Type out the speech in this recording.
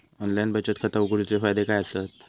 Online बचत खाता उघडूचे फायदे काय आसत?